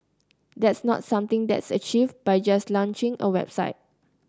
that's not something that's achieved by just launching a website